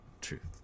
truth